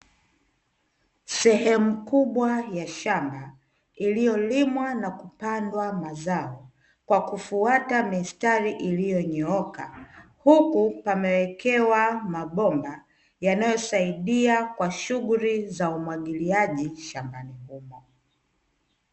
Sehemu kubwa ya shamba iliyolimwa na kupandwa mazao kwa kufuata mistari iliyonyooka huku pamewekewa mabomba yanayosaidia kwa shughuli za umwagiliaji shambani humo.